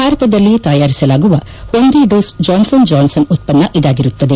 ಭಾರತದಲ್ಲಿ ತಯಾರಿಸಲಾಗುವ ಒಂದೇ ಡೋಸ್ ಜಾನ್ಸನ್ ಜಾನ್ಸನ್ ಉತ್ವನ್ನ ಇದಾಗಿರುತ್ತದೆ